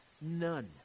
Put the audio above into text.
None